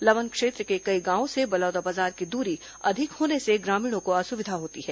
लवन क्षेत्र के कई गांवों से बलौदाबाजार की दूरी अधिक होने से ग्रामीणों को असुविधा होती है